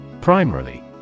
Primarily